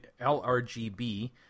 LRGB